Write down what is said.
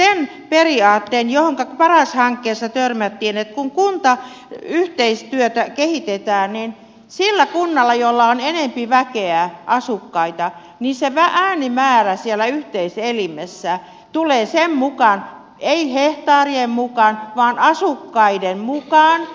oletteko te hyväksymässä sen periaatteen johonka paras hankkeessa törmättiin että kun kuntayhteistyötä kehitetään niin se äänimäärä siellä yhteiselimessä tulee sen mukaan millä kunnalla on enempi väkeä asukkaita ei hehtaarien mukaan vaan asukkaiden mukaan